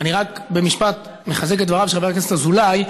אני רק מחזק במשפט את דבריו של חבר הכנסת אזולאי.